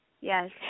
Yes